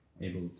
able